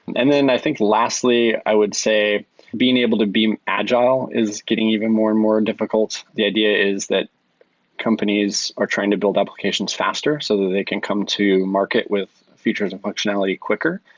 and i think lastly, i would say being able to be agile is getting even more and more difficult. the idea is that companies are trying to build applications faster so that they can come to market with features and functionality quicker,